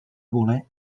voler